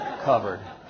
covered